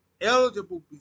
eligible